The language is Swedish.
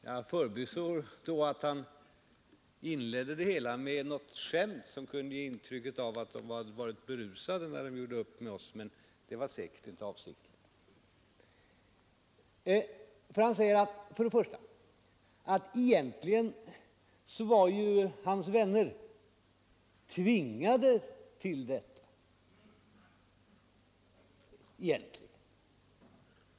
Jag förbigår då att han inledde det hela med något skämt som kunde ge intryck av att de hade varit berusade när de gjorde upp med oss, men det var säkert inte avsikten. Herr Bohman säger att hans vänner var tvingade till en uppgörelse.